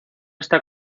está